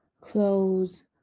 clothes